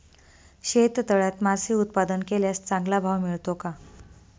शेततळ्यात मासे उत्पादन केल्यास चांगला भाव मिळतो का?